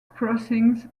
crossings